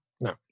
No